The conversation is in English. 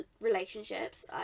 relationships